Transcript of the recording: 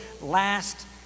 last